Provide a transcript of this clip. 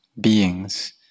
beings